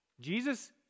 Jesus